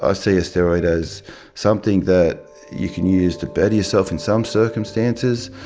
i see a steroid as something that you can use to better yourself in some circumstances,